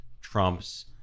trumps